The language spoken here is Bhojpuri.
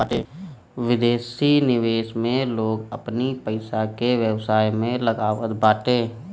विदेशी निवेश में लोग अपनी पईसा के व्यवसाय में लगावत बाटे